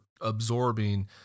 absorbing